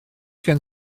gen